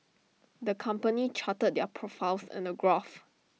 the company charted their profits in A graph